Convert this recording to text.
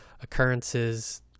occurrences